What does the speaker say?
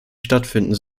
stattfinden